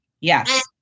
Yes